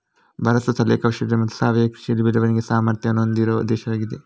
ಭಾರತವು ಸ್ಥಳೀಯ ಕೌಶಲ್ಯ ಮತ್ತು ಸಾವಯವ ಕೃಷಿಯಲ್ಲಿ ಬೆಳವಣಿಗೆಗೆ ಸಾಮರ್ಥ್ಯವನ್ನು ಹೊಂದಿರುವ ದೇಶವಾಗಿದೆ